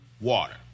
water